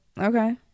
okay